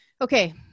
Okay